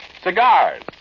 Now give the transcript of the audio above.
Cigars